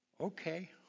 Okay